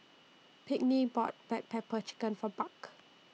Pinkney bought Black Pepper Chicken For Buck